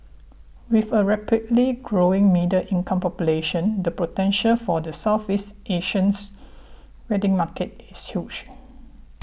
with a rapidly growing middle income population the potential for the Southeast Asians wedding market is huge